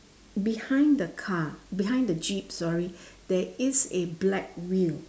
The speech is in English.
behind the car behind the jeep sorry there is a black wheel